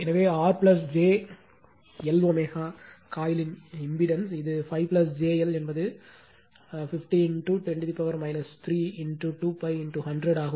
எனவே R j Lω காயிலின் impedance இது 5 j L என்பது 50 10 3 2π 100 ஆகும்